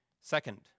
Second